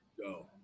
go